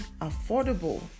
affordable